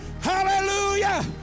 Hallelujah